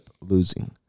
losing